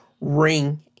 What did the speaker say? ring